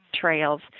trails